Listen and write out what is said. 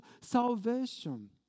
salvation